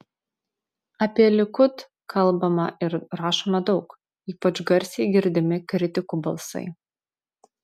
apie likud kalbama ir rašoma daug ypač garsiai girdimi kritikų balsai